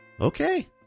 okay